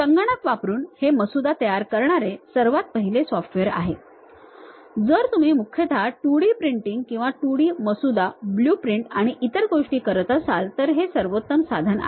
संगणक वापरून हे मसुदा तयार करणारे हे सर्वात पहिले सॉफ्टवेअर आहे जर तुम्ही मुख्यतः 2D प्रिंटिंग किंवा 2D मसुदा ब्लूप्रिंट आणि इतर गोष्टी करत असाल तर हे सर्वोत्तम साधन आहे